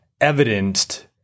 evidenced